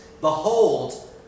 Behold